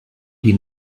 die